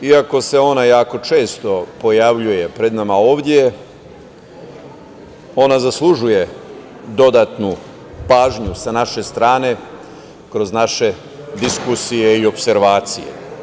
Iako se ona jako često pojavljuje pred nama ovde, ona zaslužuje dodatnu pažnju sa naše strane kroz naše diskusije i opservacije.